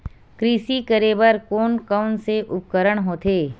कृषि करेबर कोन कौन से उपकरण होथे?